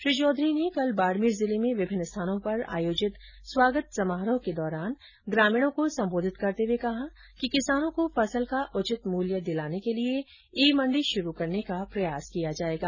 श्री चौधरी ने कल बाड़मेर जिले में विभिन्न स्थानों पर आयोजित स्वागत समारोह के दौरान ग्रामीणों को संबोधित करते हुए कहा कि किसानों को फसल का उचित मुल्य दिलाने के लिए ई मंडी शुरू करने का प्रयास किया जाएगा